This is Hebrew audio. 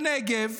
לנגב,